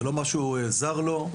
זה לא משהו זר לו,